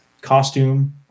costume